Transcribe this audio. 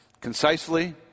concisely